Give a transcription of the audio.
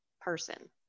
person